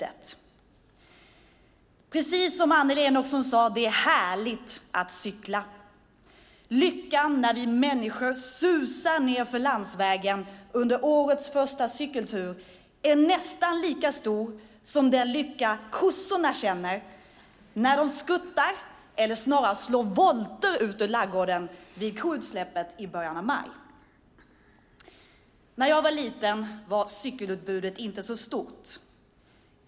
Det är, precis som Annelie Enochson sade, härligt att cykla! Lyckan när vi människor susar nedför landsvägen på årets första cykeltur är nästan lika stor som den lycka kossorna känner när de skuttar, eller snarare slår volter, ut ur ladugården vid koutsläppet i början av maj. När jag var liten var cykelutbudet inte så stort.